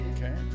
Okay